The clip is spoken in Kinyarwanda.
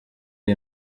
iyi